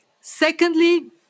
Secondly